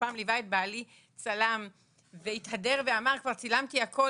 כשפעם ליווה את בעלי צלם והתהדר ואמר כבר צילמתי הכל,